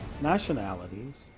nationalities